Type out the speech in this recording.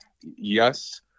yes